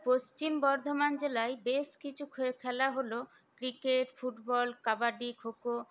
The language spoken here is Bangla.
পশ্চিম বর্ধমান জেলায় বেশ কিছু খেলা হল ক্রিকেট ফুটবল কাবাডি খোখো